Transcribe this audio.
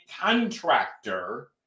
contractor